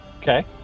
Okay